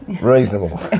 Reasonable